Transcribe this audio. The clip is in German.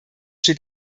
steht